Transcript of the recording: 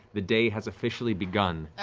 the day has officially begun.